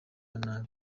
nabi